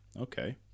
Okay